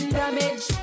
damage